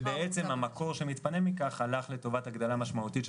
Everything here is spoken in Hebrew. המקור שמתפנה מכך הלך לטובת הגדלה משמעותית של